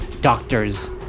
doctors